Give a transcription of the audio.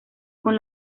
con